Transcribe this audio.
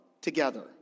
together